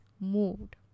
moved